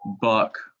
buck